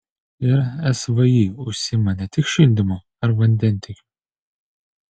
ir svį užsiima ne tik šildymu ar vandentiekiu